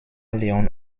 leone